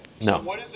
No